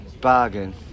Bargain